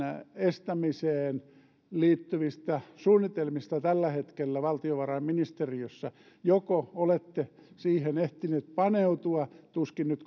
estämiseen liittyvistä suunnitelmista tällä hetkellä valtiovarainministeriössä joko olette siihen ehtinyt paneutua tuskin nyt